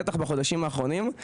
בטח מהחודשים האחרונים,